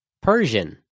Persian